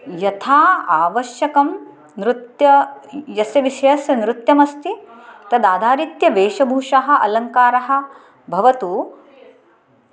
यथा आवश्यकं नृत्यं यस्य विषयस्य नृत्यमस्ति तद्रीत्या वेशभूषाः अलङ्कारः भवतु